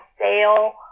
sale